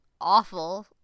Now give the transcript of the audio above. awful